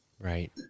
Right